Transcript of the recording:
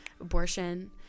abortion